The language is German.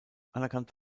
anerkannt